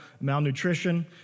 malnutrition